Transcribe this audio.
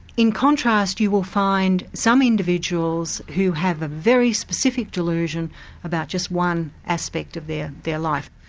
in contrast you will find some individuals who have a very specific delusion about just one aspect of their their life.